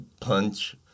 punch